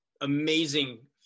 amazing